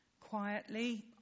Quietly